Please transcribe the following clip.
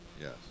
Yes